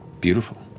beautiful